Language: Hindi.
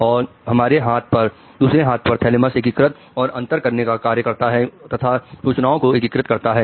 और दूसरे हाथ पर थैलेमस एकीकृत और अंतर करने का कार्य करता है तथा सूचनाओं को एकीकृत करता है